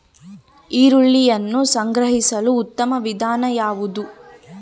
ಈರುಳ್ಳಿಯನ್ನು ಸಂಗ್ರಹಿಸಲು ಉತ್ತಮ ವಿಧಾನ ಯಾವುದು?